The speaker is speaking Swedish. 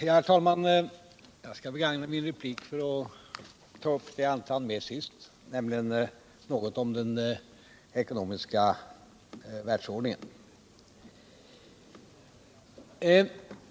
Herr talman! Jag skall begagna min replik till att ta upp det som jag inte hann med i mitt huvudanförande, nämligen något om den ekonomiska världsordningen.